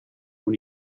when